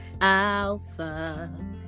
Alpha